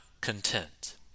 content